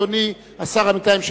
אדוני השר המתאם,